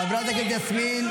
----- חברת הכנסת יסמין.